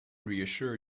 reassure